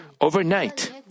Overnight